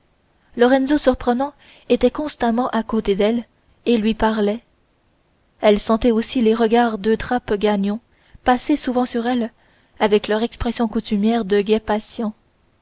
lorenzo surprenant était constamment à côté d'elle et lui parlait elle sentait aussi les regards d'eutrope gagnon passer souvent sur elle avec leur expression coutumière de guet patient